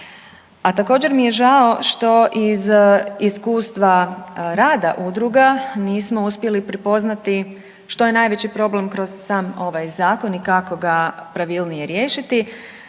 A također mi je žao što iz iskustva rada udruga nismo uspjeli prepoznati što je najveći problem kroz sam ovaj zakon i kako ga pravilnije riješiti.